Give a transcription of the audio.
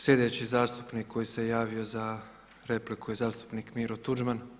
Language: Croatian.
Sljedeći zastupnik koji se javio za repliku je zastupnik Miro Tuđman.